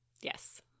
Yes